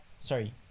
sorry